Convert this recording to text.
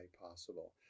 possible